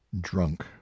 Drunk